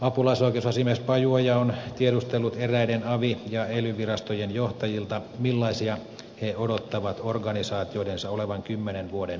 apulaisoikeusasiamies pajuoja on tiedustellut eräiden avi ja ely virastojen johtajilta millaisia he odottavat organisaatioidensa olevan kymmenen vuoden päästä